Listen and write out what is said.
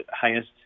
highest